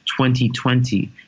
2020